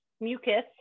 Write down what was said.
mucus